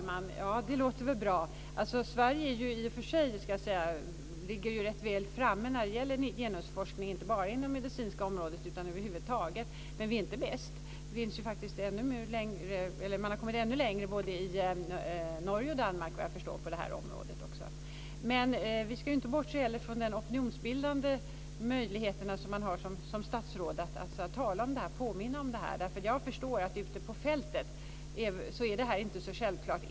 Fru talman! Det låter väl bra. Sverige ligger i och för sig rätt väl framme när det gäller genusforskning - inte bara inom det medicinska området utan över huvud taget. Men vi är inte bäst. Man har kommit ännu längre både i Norge och Danmark, vad jag förstår, på det här området. Vi ska inte heller bortse från den opinionsbildningsmöjlighet man har som statsråd att tala om det här, påminna om det här. Jag förstår att det här inte är så självklart ute på fältet.